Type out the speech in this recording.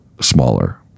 smaller